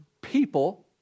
people